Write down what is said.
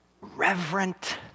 reverent